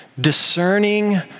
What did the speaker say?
discerning